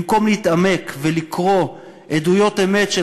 במקום להתעמק ולקרוא עדויות אמת של